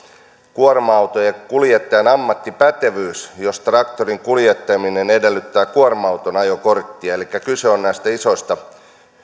kuorma auton kuljettajan ammattipätevyys jos traktorin kuljettaminen edellyttää kuorma auton ajokorttia elikkä kyse on näistä isoista